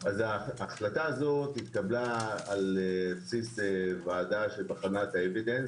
ההחלטה הזאת התקבלה על בסיס ועדה שבחנה את ה- evidence based,